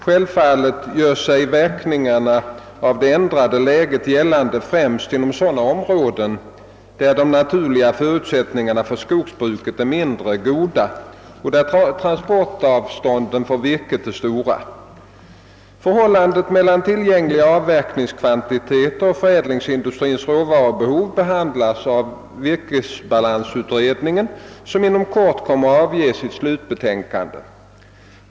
Självfallet gör sig verkningarna av det ändrade läget gällande främst inom sådana områden där de naturliga förutsättningarna för skogsbruket är mindre goda och där transportavstånden för virket är stora. Förhållandet mellan tillgängliga avverkningskvantiteter och = förädlingsindustrins råvarubehov behandlas av virkesbalansutredningen som inom kort kommer att avge sitt slutbetänkande.